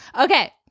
okay